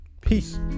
peace